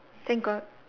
thank god